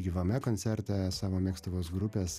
gyvame koncerte savo mėgstamos grupės